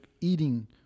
eating